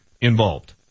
involved